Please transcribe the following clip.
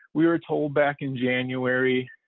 we are told back in january